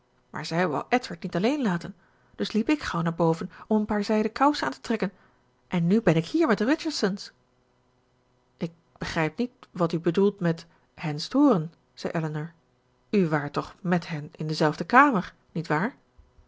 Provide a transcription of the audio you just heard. maar zij wou edward niet alleen laten dus liep ik gauw naar boven om een paar zijden kousen aan te trekken en nu ben ik hier met de richardsons ik begrijp niet wat u bedoelt met hen storen zei elinor u waart toch met hen in de zelfde kamer niet waar